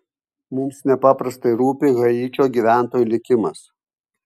mums nepaprastai rūpi haičio gyventojų likimas